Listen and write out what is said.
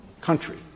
country